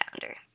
founder